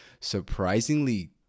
surprisingly